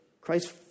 Christ